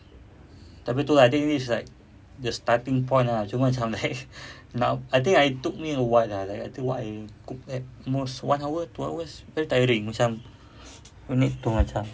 tapi tu lah I think this is like the starting point ah cuma macam nak I think I took me awhile ah like I think what I cook at most one hour two hours very tiring macam you need to macam